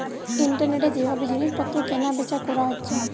ইন্টারনেটে যে ভাবে জিনিস পত্র কেনা বেচা কোরা যাচ্ছে